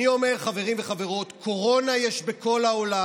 אני אומר, חברים וחברות: קורונה יש בכל העולם,